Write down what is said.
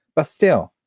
but still,